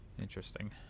interesting